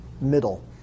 middle